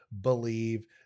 believe